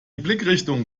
blickrichtung